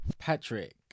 patrick